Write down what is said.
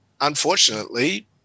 unfortunately